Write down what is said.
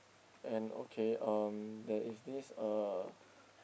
and okay um there is this uh